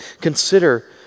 Consider